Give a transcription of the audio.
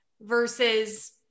versus